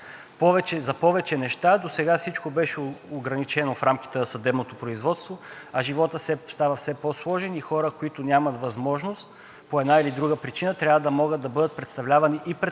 За повече неща досега всичко беше ограничено в рамките на съдебното производство, а животът става все по-сложен и хора, които нямат възможност по една или друга причина, трябва да могат да бъдат представлявани и пред